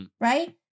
right